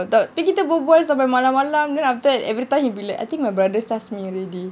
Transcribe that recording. tapi kita berbual sampai malam-malam then every time he'll be like I think my brothers sus me already